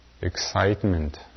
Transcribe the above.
excitement